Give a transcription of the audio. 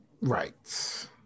Right